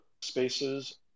spaces